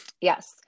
Yes